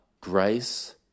grace